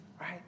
Right